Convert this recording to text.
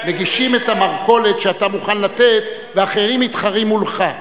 מגישים את המרכולת שאתה מוכן לתת ואחרים מתחרים מולך,